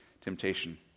temptation